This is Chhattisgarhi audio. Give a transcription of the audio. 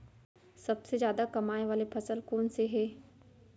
सबसे जादा कमाए वाले फसल कोन से हे?